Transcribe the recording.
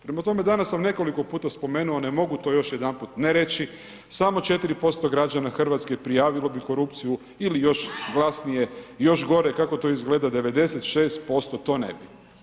Prema tome, danas sam nekoliko puta spomenuo, ne mogu to još jedanput ne reći, samo 4% građana Hrvatske prijavilo bi korupciju ili još glasnije, još gore kako to izgleda 96% to ne bi.